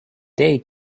day